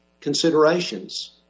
considerations